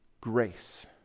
grace